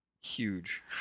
Huge